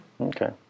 Okay